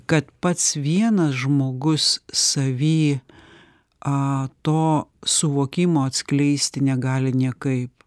kad pats vienas žmogus savy a to suvokimo atskleisti negali niekaip